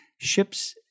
ships